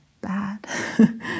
bad